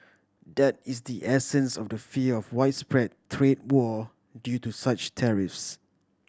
that is the essence of the fear of a widespread trade war due to such tariffs